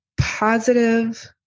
positive